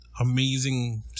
amazing